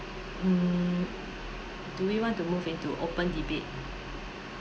mm do we want to move into open debate